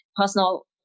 personal